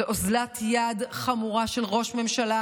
זו אוזלת יד חמורה של ראש ממשלה,